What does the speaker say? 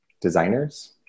designers